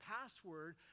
password